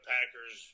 Packers